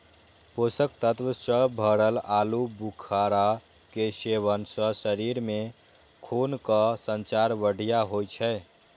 पोषक तत्व सं भरल आलू बुखारा के सेवन सं शरीर मे खूनक संचार बढ़िया होइ छै